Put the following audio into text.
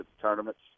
tournaments